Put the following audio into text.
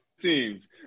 teams